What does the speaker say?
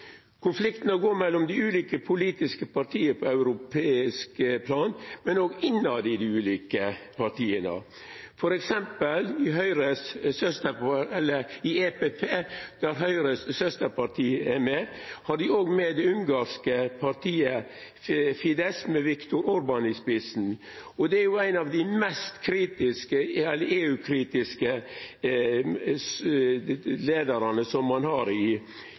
går mellom dei ulike politiske partia på europeisk plan, men òg innbyrdes i dei ulike partia. For eksempel i EPP, der Høgres søsterparti er med, har dei òg med det ungarske partiet Fidesz med Viktor Orbán i spissen, og han er ein av dei mest EU-kritiske leiarane som ein har i